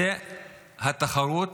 זאת התחרות